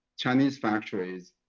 chinese factories,